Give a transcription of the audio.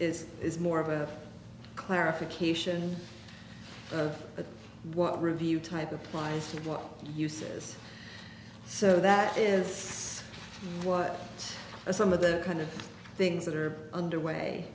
is is more of a clarification of what review type applies to what uses so that is what some of the kind of things that are under way